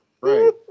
Right